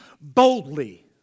boldly